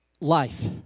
life